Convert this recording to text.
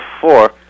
four